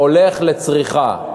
הולך לצריכה.